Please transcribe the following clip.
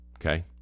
okay